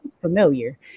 familiar